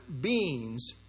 beings